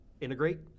integrate